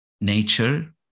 nature